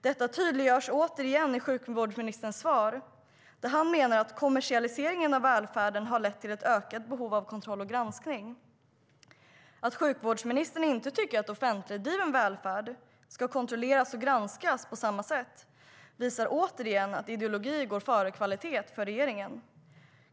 Detta tydliggörs återigen i sjukvårdsministerns svar där han menar att kommersialisering av välfärden har lett till ett ökat behov av kontroll och granskning. Att sjukvårdsministern inte tycker att offentligdriven välfärd ska kontrolleras och granskas på samma sätt visar återigen att ideologi går före kvalitet för regeringen.